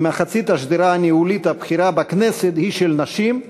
בעצם יותר ממחצית השדרה הניהולית הבכירה בכנסת היא של נשים,